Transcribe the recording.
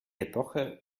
epoche